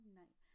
night